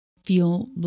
feel